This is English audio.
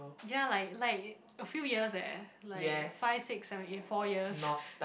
ya like like few years eh like five six seven eight four years